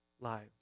lives